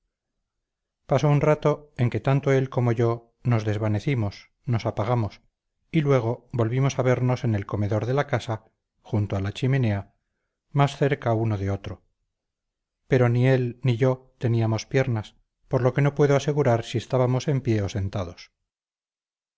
pasó un rato en que tanto él como yo nos desvanecimos nos apagamos y luego volvimos a vernos en el comedor de la casa junto a la chimenea más cerca uno de otro pero ni él ni yo teníamos piernas por lo que no puedo asegurar si estábamos en pie o sentados